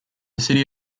city